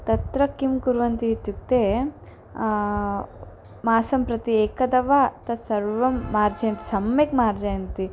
तत्र किं कुर्वन्ति इत्युक्ते मासं प्रति एकदा वा तत्सर्वं मार्जयन्ति सम्यक् मार्जयन्ति